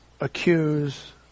accuse